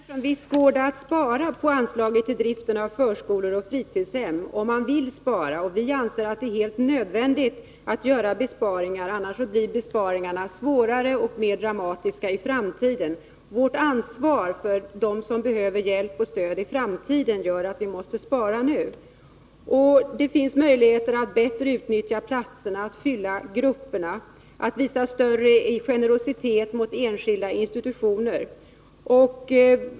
Herr talman! Visst går det att spara på anslagen till drift av förskolor och fritidshem, Anita Persson, om man vill spara. Och vi anser att det är helt nödvändigt att göra besparingar, annars blir besparingarna svårare och mer dramatiska i framtiden. Vårt ansvar för dem som behöver hjälp och stöd i framtiden gör att vi måste spara nu. Det går att spara genom att bättre utnyttja platserna och fylla grupperna och att visa större generositet mot enskilda institutioner.